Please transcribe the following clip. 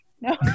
No